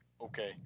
Okay